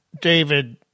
david